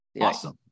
Awesome